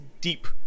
deep